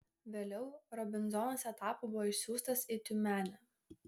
vėliau robinzonas etapu buvo išsiųstas į tiumenę